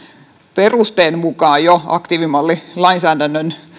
perusteen mukaan jo aktiivimallilainsäädännön